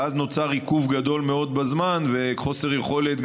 ואז נוצר עיכוב גדול מאוד בזמן וחוסר יכולת,